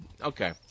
Okay